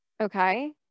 okay